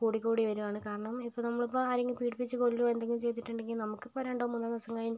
കൂടി കൂടി വരികയാണ് കാരണം ഇപ്പോൾ നമ്മളിപ്പോൾ ആരെങ്കിലും പീഡിപ്പിച്ച് കൊല്ലുകയോ എന്തെങ്കിലും ചെയ്തിട്ടുണ്ടെങ്കിൽ നമുക്ക് ഇപ്പോൾ രണ്ടോ മൂന്നോ ദിവസം കഴിഞ്ഞ്